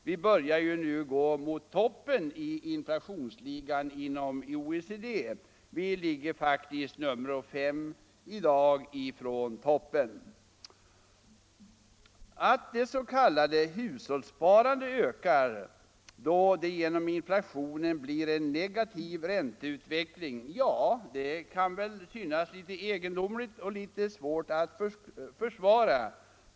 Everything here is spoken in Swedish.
Vi börjar ju gå i toppen av inflationsligan inom OECD: i dag är vi faktiskt nr 5 från toppen. Att det s.k. hushållssparandet ökar då det genom inflationen blir en negativ ränteutveckling kan väl synas litet egendomligt och svårt att förklara.